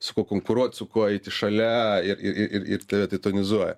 su kuo konkuruot su kuo eiti šalia ir ir ir ir ir tave tai tonizuoja